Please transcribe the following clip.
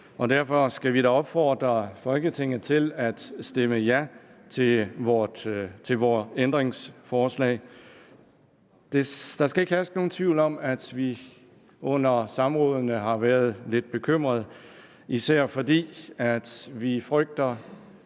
derfor skal vi da opfordre Folketinget til at stemme ja til vore ændringsforslag. Der skal ikke herske nogen tvivl om, at vi under samrådene har været lidt bekymret, især fordi vi frygter,